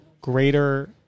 greater